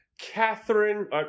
Catherine